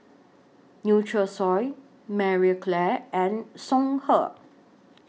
Nutrisoy Marie Claire and Songhe